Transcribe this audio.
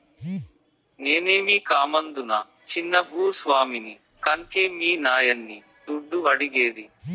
నేనేమీ కామందునా చిన్న భూ స్వామిని కన్కే మీ నాయన్ని దుడ్డు అడిగేది